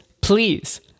please